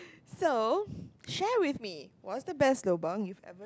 so share with me what's the best lobang you've ever